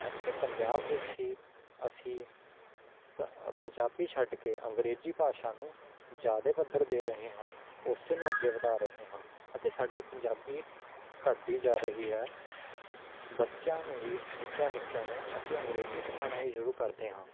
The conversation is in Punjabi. ਇੱਥੇ ਪੰਜਾਬ ਵਿੱਚ ਹੀ ਅਸੀਂ ਪ ਪੰਜਾਬੀ ਛੱਡ ਕੇ ਅੰਗਰੇਜ਼ੀ ਭਾਸ਼ਾ ਨੂੰ ਜ਼ਿਆਦਾ ਪੱਧਰ ਦੇ ਰਹੇ ਹਾਂ ਉਸ ਨੂੰ ਅੱਗੇ ਵਧਾ ਰਹੇ ਹਾਂ ਅਤੇ ਸਾਡੀ ਪੰਜਾਬੀ ਘੱਟਦੀ ਜਾ ਰਹੀ ਹੈ ਬੱਚਿਆਂ ਨੂੰ ਵੀ ਨਿੱਕਿਆਂ ਨਿੱਕਿਆਂ ਨੂੰ ਅਸੀਂ ਅੰਗਰੇਜ਼ੀ ਸਿਖਾਉਣਾ ਹੀ ਸ਼ੁਰੂ ਕਰਦੇ ਹਾਂ